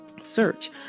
search